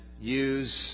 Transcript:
use